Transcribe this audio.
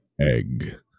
egg